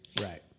right